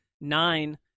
nine